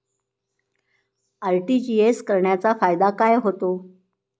RTGS करण्याचा फायदा काय होतो?